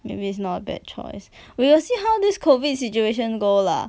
maybe it's not a bad choice we will see how this COVID situation go lah